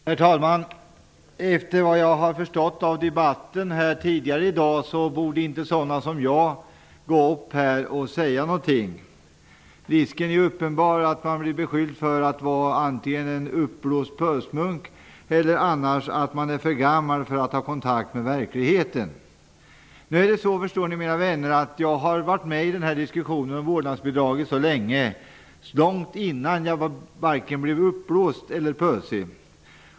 Herr talman! Jag har förstått av debatten tidigare i dag att sådana som jag inte borde gå upp i talarstolen och säga någonting. Risken är uppenbar att man antingen blir beskylld för att vara en uppblåst pösmunk eller för att vara för gammal för att ha kontakt med verkligheten. Nu är det så, mina vänner, att jag var med i diskussionen om vårdnadsbidraget långt innan jag blev varken uppblåst eller pösig.